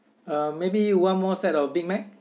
uh maybe one more set of big mac